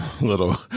little